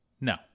No